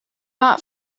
not